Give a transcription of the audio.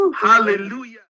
Hallelujah